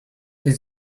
did